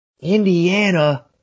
Indiana